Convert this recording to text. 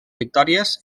victòries